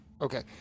Okay